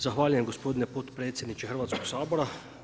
Zahvaljujem gospodine potpredsjedniče Hrvatskog sabora.